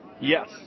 Yes